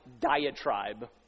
diatribe